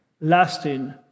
lasting